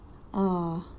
oh